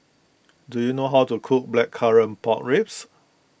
do you know how to cook Blackcurrant Pork Ribs